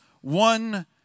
one